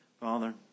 Father